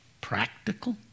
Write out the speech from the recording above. practical